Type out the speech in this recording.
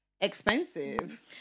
expensive